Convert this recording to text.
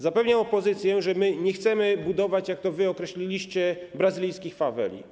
Zapewniam opozycję, że nie chcemy budować, jak to określiliście, brazylijskich faweli.